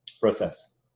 process